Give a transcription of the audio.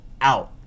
Out